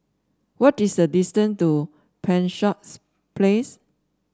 what is the distance to Penshurst Place